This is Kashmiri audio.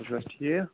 تُہۍ چھِو حظ ٹھیٖک